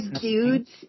dudes